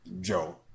Joe